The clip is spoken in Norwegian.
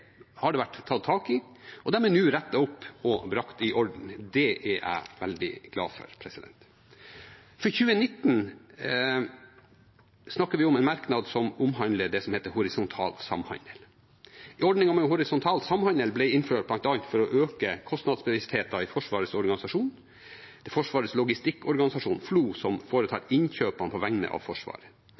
nå rettet opp og brakt i orden. Det er jeg veldig glad for. For 2019 snakker vi om en merknad som omhandler det som heter horisontal samhandel. Ordningen med horisontal samhandel ble innført bl.a. for å øke kostnadsbevisstheten i Forsvarets organisasjon, Forsvarets logistikkorganisasjon, FLO, som foretar innkjøpene på vegne av Forsvaret.